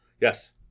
Yes